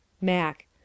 Mac